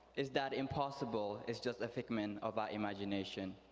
is that impossible is just a figment of our imagination.